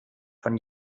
von